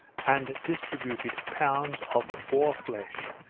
and distributed pounds of boar-flesh,